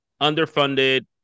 underfunded